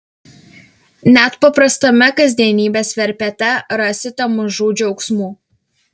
net paprastame kasdienybės verpete rasite mažų džiaugsmų